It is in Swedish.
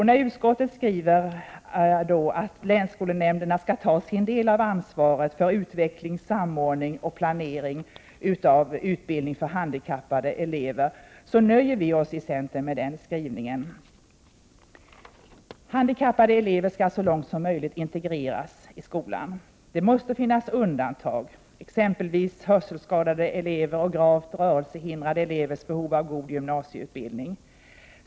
När utskottet skriver att länsskolnämnderna skall ta ”sin del av ansvaret för utveckling, samordning och planering av utbildningen för handikappade elever” nöjer vi oss från centerns sida med den skrivningen. Handikappade elever skall så långt möjligt integreras i skolan, men det måste finnas undantag. Det kan exempelvis handla om hörselskadade elevers och gravt rörelsehindrade elevers behov av god gymnasieutbildning.